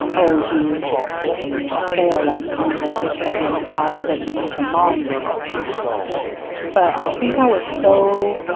oh you have failed, like you cant even take care of your own child that you need your mom to help you but i think i was so